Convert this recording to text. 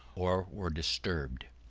or were disturbed.